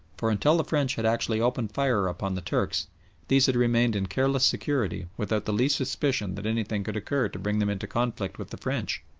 for until the french had actually opened fire upon the turks these had remained in careless security without the least suspicion that anything could occur to bring them into conflict with the french.